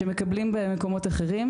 שמקבלים במקומות אחרים,